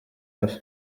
hafi